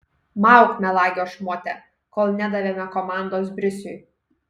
mauk melagio šmote kol nedavėme komandos brisiui